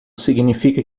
significa